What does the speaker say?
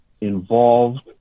involved